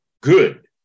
good